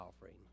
offering